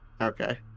Okay